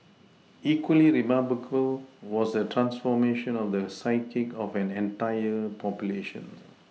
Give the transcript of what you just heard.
equally remarkable was the transformation of the psyche of an entire population